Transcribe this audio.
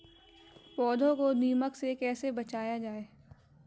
पौधों को दीमक से कैसे बचाया जाय?